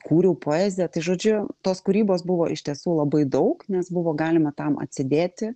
kūriau poeziją tai žodžiu tos kūrybos buvo iš tiesų labai daug nes buvo galima tam atsidėti